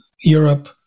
Europe